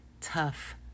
tough